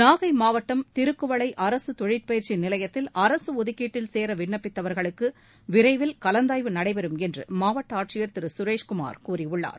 நாகை மாவட்டம் திருக்குவளை அரசு தொழிற்பயிற்சி நிலையத்தில் அரசு ஒதுக்கீட்டில் சேர விண்ணப்பித்தவர்களுக்கு விரைவில் கலந்தாய்வு நடைபெறும் என்று மாவட்ட ஆட்சியர் திரு சுரேஷ் குமார் கூறியுள்ளார்